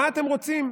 מה אתם רוצים?